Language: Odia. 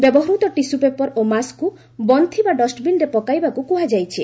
ବ୍ୟବହୃତ ଟିସ୍କ ପେପର୍ ଓ ମାସ୍କକୁ ବନ୍ଦ୍ ଥିବା ଡଷ୍ଟବିନ୍ରେ ପକାଇବାକୁ କୁହାଯାଇଛି